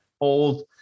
old